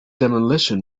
demolition